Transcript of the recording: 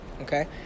Okay